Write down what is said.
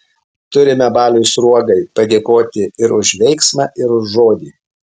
turime baliui sruogai padėkoti ir už veiksmą ir už žodį